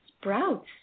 sprouts